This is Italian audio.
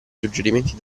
suggerimenti